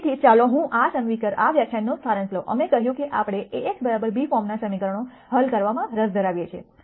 તેથી ચાલો હું આ વ્યાખ્યાનનો સારાંશ લઉં અમે કહ્યું કે આપણે A x b ફોર્મના સમીકરણો હલ કરવામાં રસ ધરાવીએ છીએ